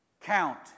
count